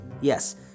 Yes